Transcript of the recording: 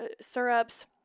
syrups